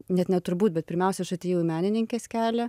net ne turbūt bet pirmiausia aš atėjau į menininkės kelią